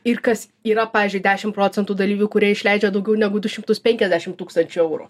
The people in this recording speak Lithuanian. ir kas yra pavyzdžiui dešim procentų dalyvių kurie išleidžia daugiau negu du šimtus penkiasdešim tūkstančių eurų